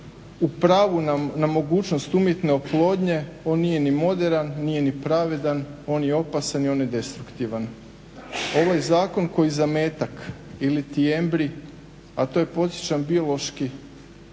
u pravu na mogućnost umjetne oplodnje on nije ni moderan, nije ni pravedan, on je opasan i on je destruktivan. Ovaj zakon koji zametak iliti embrij, a to je podsjećam biološki